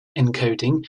encoding